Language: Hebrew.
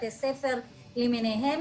בתי ספר למיניהם,